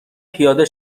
پیاده